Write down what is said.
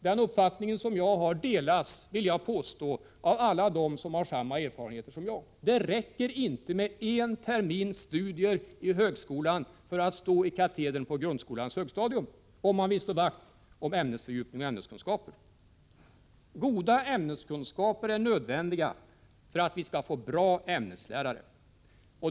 Den uppfattning som jag har delas — det vill jag påstå — av alla dem som har samma erfarenheter som jag. Det räcker således inte med en termins studier vid högskolan för att stå i katedern på grundskolans högstadium, om man vill slå vakt om ämnesfördjupningen och ämneskunskaperna. Goda ämneskunskaper är nödvändiga för att vi skall få bra ämneslärare.